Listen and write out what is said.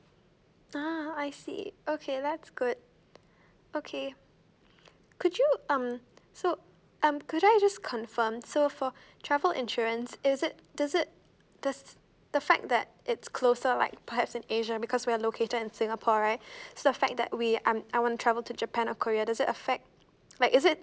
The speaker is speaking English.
uh I see okay that's good okay could you um so um could I just confirm so for travel insurance is it does it does the fact that it's closer like perhaps in asia because we are located in singapore alright so a fact that we are I wanna travel to japan or korea doesn't affect like is it